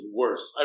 worse